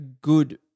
good